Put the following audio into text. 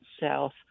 South